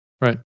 Right